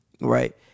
Right